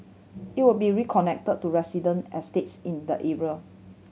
it will be reconnected to resident estates in the area